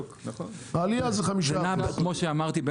העלייה זה 5%. כמו שאמרתי,